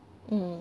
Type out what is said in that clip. mm